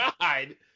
god